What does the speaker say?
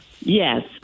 Yes